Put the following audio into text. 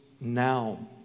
now